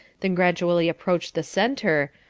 then gradually approached the centre,